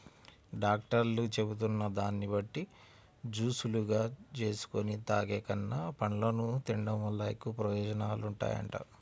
డాక్టర్లు చెబుతున్న దాన్ని బట్టి జూసులుగా జేసుకొని తాగేకన్నా, పండ్లను తిన్డం వల్ల ఎక్కువ ప్రయోజనాలుంటాయంట